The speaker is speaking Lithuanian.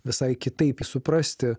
visai kitaip jį suprasti